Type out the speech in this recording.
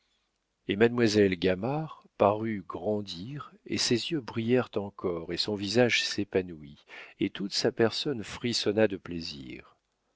et mademoiselle gamard parut grandir et ses yeux brillèrent encore et son visage s'épanouit et toute sa personne frissonna de plaisir